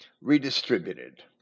redistributed